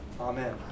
amen